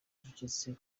ucecetse